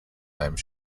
named